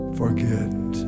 forget